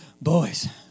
boys